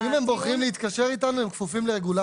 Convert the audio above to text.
אם הם בוחרים להתקשר איתנו הם כפופים לרגולציה.